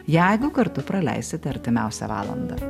jeigu kartu praleisite artimiausią valandą